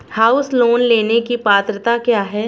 House loan लेने की पात्रता क्या है?